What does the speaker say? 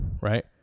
Right